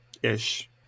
Ish